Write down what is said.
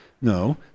no